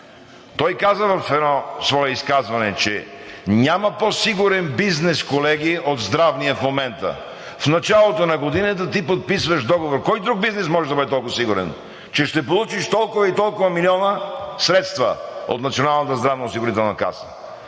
Той каза в едно свое изказване, че няма по-сигурен бизнес, колеги, от здравния в момента. В началото на годината ти подписваш договор. Кой друг бизнес може да бъде толкова сигурен, че ще получиш толкова и толкова милиона средства от Националната здравноосигурителна каса?